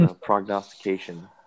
prognostication